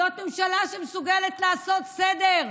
זאת ממשלה שמסוגלת לעשות סדר?